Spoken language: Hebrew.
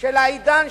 של העידן,